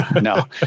no